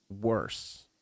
worse